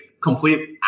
complete